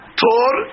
tor